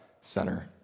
center